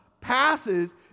passes